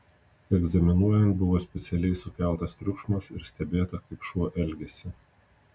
egzaminuojant buvo specialiai sukeltas triukšmas ir stebėta kaip šuo elgiasi